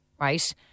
right